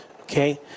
okay